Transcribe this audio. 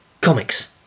comics